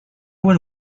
would